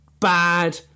bad